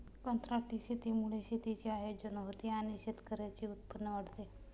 कंत्राटी शेतीमुळे शेतीचे आयोजन होते आणि शेतकऱ्यांचे उत्पन्न वाढते